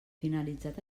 finalitzat